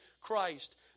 Christ